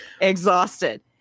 exhausted